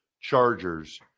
Chargers